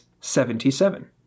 seventy-seven